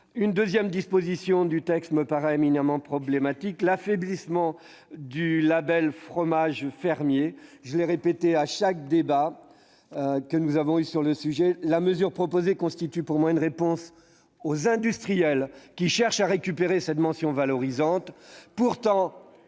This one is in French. Une deuxième disposition du texte me paraît éminemment problématique, à savoir l'affaiblissement du label « fromage fermier ». Comme je l'ai répété à l'occasion de chaque débat que nous avons eu sur le sujet, la mesure proposée constitue à mes yeux une réponse aux industriels qui cherchent à récupérer cette mention valorisante.